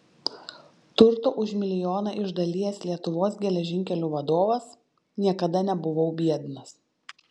turto už milijoną išdalijęs lietuvos geležinkelių vadovas niekada nebuvau biednas